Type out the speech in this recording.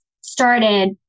started